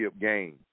game